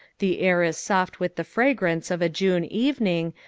the air is soft with the fragrance of a june evening,